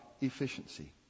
efficiency